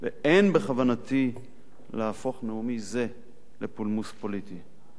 אין בכוונתי להפוך את נאומי זה לפולמוס פוליטי.